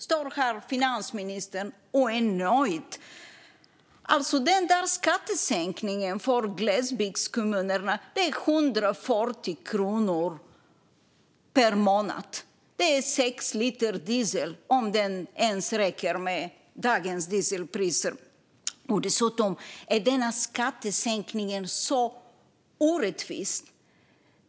Då står finansministern här och är nöjd. Skattesänkningen för glesbygdskommunerna är 140 kronor per månad. Det är sex liter diesel, om det ens räcker till det med dagens dieselpriser. Dessutom är denna skattesänkning så orättvis.